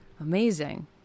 Amazing